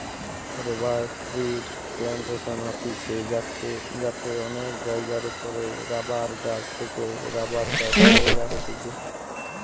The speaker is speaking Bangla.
রবার ট্রির প্লানটেশন হতিছে যাতে অনেক জায়গার ওপরে রাবার গাছ থেকে রাবার চাষ কইরা হতিছে